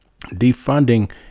defunding